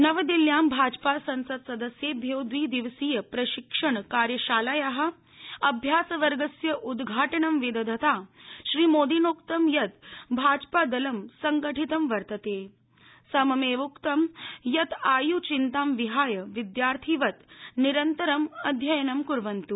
नवदिल्लयां भाजपा संसत्सदस्यध्यी द्विदिवसीय प्रशिक्षणकार्यशालाया अभ्यासवर्गस्य उद्घाटनं विदधता श्रीमोदिनोक्तं यत् भाजपा दलं संघटितं वर्तत समम्र उक्तं यत् आयुचिन्तां विहाय विद्यार्थीवत् निरन्तर अध्ययनं क्वन्त्